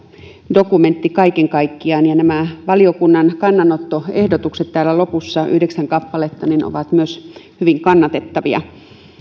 dokumentti kaiken kaikkiaan ja nämä valiokunnan kannanottoehdotukset täällä lopussa yhdeksän kappaletta ovat myös hyvin kannatettavia